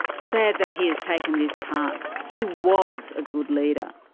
sad that he has taken this path. he was a good leader.